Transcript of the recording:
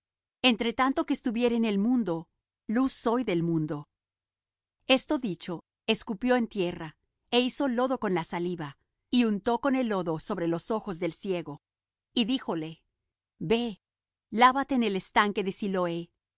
entre tanto que estuviere en el mundo luz soy del mundo esto dicho escupió en tierra é hizo lodo con la saliva y untó con el lodo sobre los ojos del ciego y díjole ve lávate en el estanque de siloé